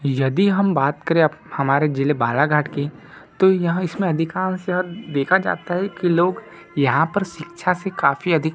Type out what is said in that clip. यदि हम बात करें हमारे जिले बालाघाट की तो यहाँ इसमें अधिकाँश देखा जाता है कि लोग यहाँ पर शिक्षा से काफ़ी अधिक